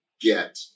get